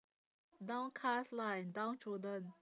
downcast lah and downtrodden